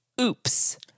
Oops